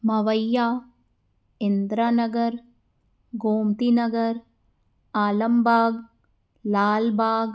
Mawaiya Indira Nagar Gomti Nagar Alambagh Lalbagh